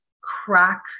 crack